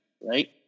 right